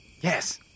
Yes